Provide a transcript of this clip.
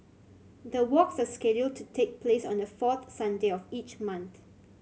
the walks are scheduled to take place on the fourth Sunday of each month